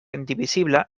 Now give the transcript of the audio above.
indivisible